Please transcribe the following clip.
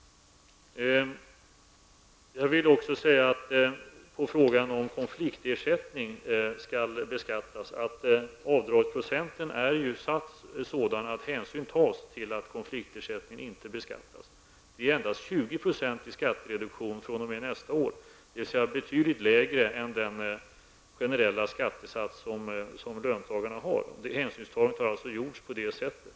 Jag vill också som svar på frågan om konfliktersättning skall beskattas säga att avdragsprocenten är satt så att hänsyn tas till att konfliktersättning inte beskattas. Det är endast betydligt lägre än den generella skattesats som löntagarna har. Det hänsynstagandet har gjorts på det sättet.